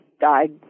died